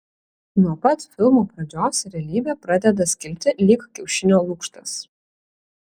nuo pat filmo pradžios realybė pradeda skilti lyg kiaušinio lukštas